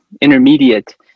intermediate